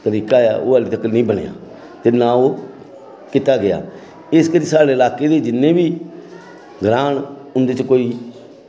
तरीका ऐ ओह् अज्ज तगर निं बनेआ ते नां ओह् कीता गेआ ते इस करी साढ़े लाकै दे जिन्ने बी ग्रांऽ न उं'दे च कोई